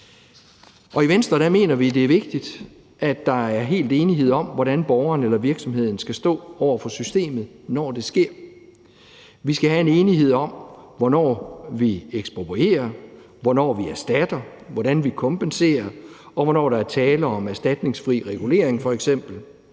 I Venstre mener vi, at det er vigtigt, at der helt er enighed om, hvordan borgerne og virksomhederne skal stå over for systemet, når det sker. Vi skal have en enighed om, hvornår vi eksproprierer, hvornår vi erstatter, hvordan vi kompenserer, og hvornår der f.eks. er tale om erstatningsfri regulering.